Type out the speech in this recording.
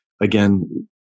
Again